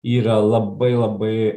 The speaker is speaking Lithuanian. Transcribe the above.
yra labai labai